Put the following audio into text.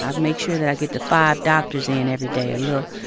ah make sure that i get the five doctors in every day a little